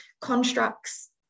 constructs